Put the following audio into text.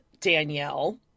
Danielle